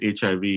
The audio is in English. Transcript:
HIV